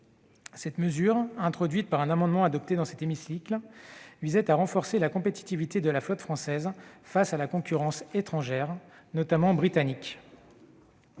Cette mesure, introduite par un amendement adopté dans cet hémicycle, visait à renforcer la compétitivité de la flotte française face à la concurrence étrangère, notamment britannique.